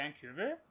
vancouver